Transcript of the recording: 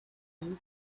rule